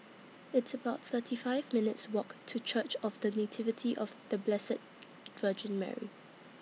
It's about thirty five minutes' Walk to Church of The Nativity of The Blessed Virgin Mary